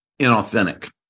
inauthentic